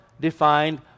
defined